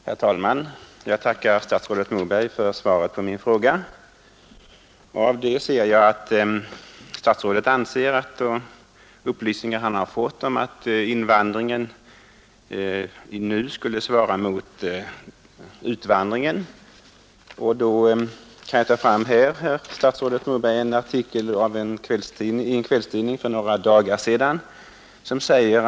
Herr talman! Jag tackar statsrådet Moberg för svaret på min fråga. Av svaret ser jag att statsrådet anser att de upplysningar han har fått ger vid handen att invandringen nu skulle svara mot utvandringen. Då kan jag, herr statsråd, ta fram en artikel som stod i en kvällstidning för några dagar sedan.